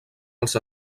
als